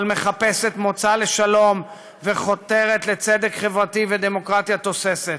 אבל מחפשת מוצא לשלום וחותרת לצדק חברתי ודמוקרטיה תוססת.